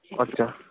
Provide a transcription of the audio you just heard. আচ্ছা